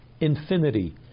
infinity